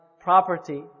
Property